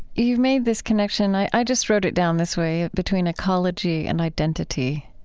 you made this connection, i i just wrote it down this way, between ecology and identity.